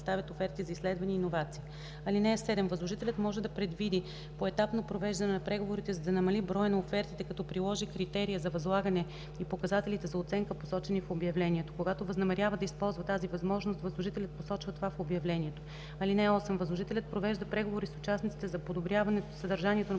(7) Възложителят може да предвиди поетапно провеждане на преговорите, за да намали броя на офертите, като приложи критерия за възлагане и показателите за оценка, посочени в обявлението. Когато възнамерява да използва тази възможност, възложителят посочва това в обявлението. (8) Възложителят провежда преговори с участниците за подобряване съдържанието на